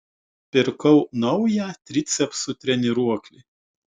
pirkau naują tricepsų treniruoklį